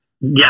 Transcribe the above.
Yes